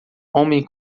homem